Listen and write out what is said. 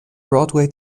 broadway